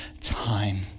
time